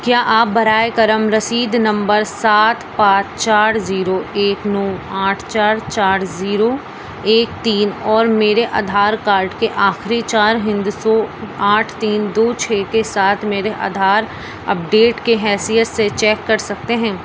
کیا آپ برائے کرم رسید نمبر سات پانچ چار زیرو ایک نو آٹھ چار چار زیرو ایک تین اور میرے آدھار کارڈ کے آخری چار ہندسوں آٹھ تین دو چھ کے ساتھ میرے آدھار اپ ڈیٹ کے حیثیت سے چیک کر سکتے ہیں